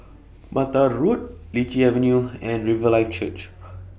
Mattar Road Lichi Avenue and Riverlife Church